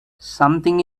something